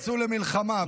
יצאו למלחמה.